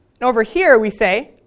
and over here we say